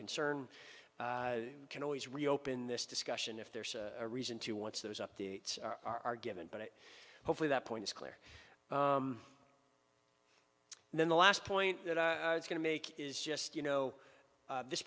concern can always reopen this discussion if there's a reason to once those updates are given but hopefully that point is clear and then the last point that i was going to make is just you know this